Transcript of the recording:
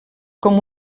com